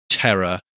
Terror